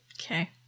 Okay